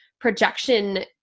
projection